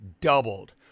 doubled